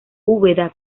úbeda